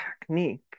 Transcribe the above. technique